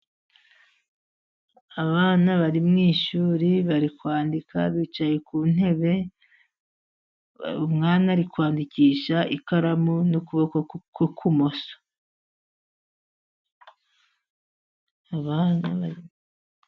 Abana bari mu ishuri bari kwandika bicaye ku ntebe, umwana ari kwandikisha ikaramu n'ukuboko kw'ibumoso.